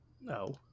No